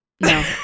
No